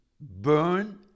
burn